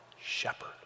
shepherd